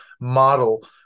model